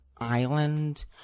Island